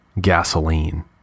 gasoline